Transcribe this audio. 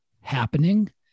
happening